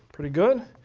pretty good?